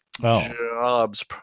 jobs